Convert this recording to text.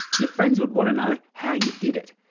your friends would want to know how you did it.